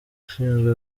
ushinzwe